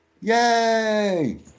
Yay